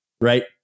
Right